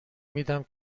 میدم